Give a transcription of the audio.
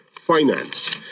finance